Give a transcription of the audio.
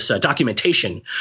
documentation